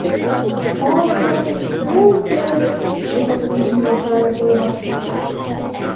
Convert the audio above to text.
oi gerai kaip gerai visas laimingas taria tėvas